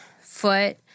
foot